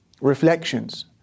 reflections